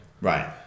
Right